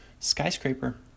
Skyscraper